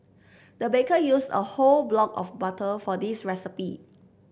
the baker used a whole block of butter for this recipe